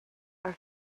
are